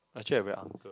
actually I very uncle